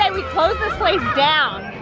um we closed this place down.